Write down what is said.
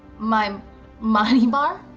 my money bar?